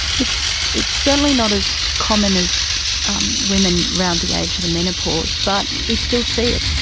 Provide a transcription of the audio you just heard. it's it's certainly not as common as um women around the age of the menopause, but we still see it.